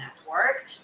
network